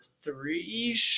three